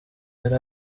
yari